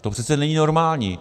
To přece není normální!